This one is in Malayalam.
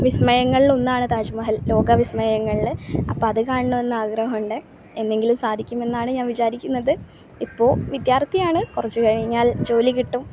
വിസ്മയങ്ങളിൽ ഒന്നാണ് താജ്മഹൽ ലോകവിസ്മയങ്ങളിൽ അപ്പം അത് കാണണമെന്ന് ആഗ്രഹമുണ്ട് എന്നെങ്കിലും സാധിക്കുമെന്നാണ് ഞാൻ വിചാരിക്കുന്നത് ഇപ്പോൾ വിദ്യാർഥിയാണ് കുറച്ച് കഴിഞ്ഞാൽ ജോലി കിട്ടും